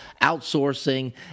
outsourcing